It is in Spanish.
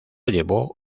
llevó